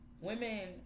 Women